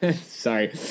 Sorry